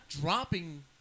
dropping